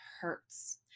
hurts